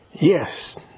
Yes